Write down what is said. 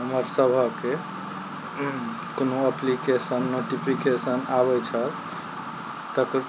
हमरसभके कोनो application notification आबय छल तकर